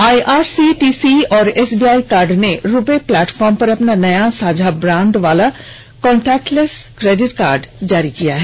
IRCTC और SBI card ने RuPay platform पर अपना नया साझा ब्रांड वाला कांटेक्टलैस क्रेडिट कार्ड जारी किया है